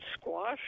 squash